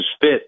fit